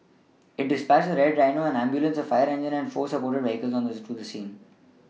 it dispatched a red Rhino an ambulance a fire engine and four support vehicles to the scene